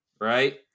right